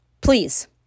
Please